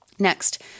Next